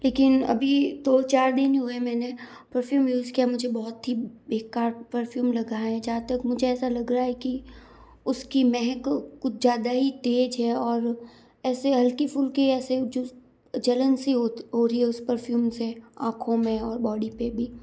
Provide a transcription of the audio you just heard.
लेकिन अभी दो चार दिन हुए मैंने परफ्यूम यूज़ किया मुझे बहुत ही बेकार परफ्यूम लगा है जहाँ तक मुझे ऐसा लग रहा है कि उसकी महक कुछ ज़्यादा ही तेज़ है और ऐसे हल्की फुलकी ऐसे जलन सी हो रही है उस परफ्यूम से आँखों में और बॉडी पर भी